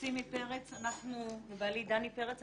סימי פרץ ובעלי דני פרץ,